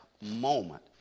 moment